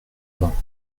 vingts